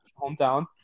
hometown